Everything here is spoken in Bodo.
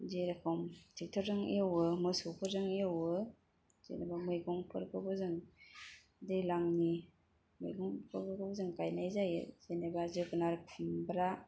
जेरेखम ट्रेक्टरजों एवो मोसौफोरजों एवो जेनेबा मैगंफोरखौबो जों दैज्लांनि मैगंखौबो जों गायनाय जायो जेनेबा जोगोनार खुम्ब्रा